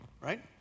right